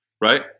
right